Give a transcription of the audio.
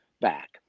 back